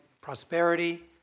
prosperity